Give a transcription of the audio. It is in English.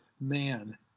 man